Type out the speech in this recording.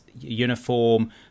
uniform